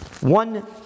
One